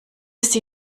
sie